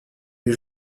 les